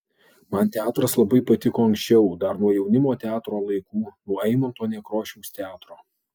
man teatras labai patiko anksčiau dar nuo jaunimo teatro laikų nuo eimunto nekrošiaus teatro